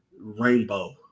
Rainbow